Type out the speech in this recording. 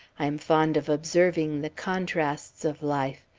i am fond of observing the contrasts of life.